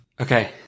Okay